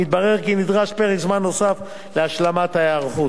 מתברר כי נדרש פרק זמן נוסף להשלמת ההיערכות.